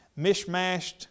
mishmashed